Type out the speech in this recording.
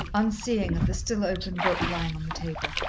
unseeing of the still open book lying on the table.